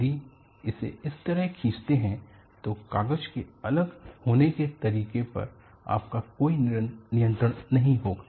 यदि आप इसे इस तरह खींचते हैं तो कागज के अलग होने के तरीके पर आपका कोई नियंत्रण नहीं होगा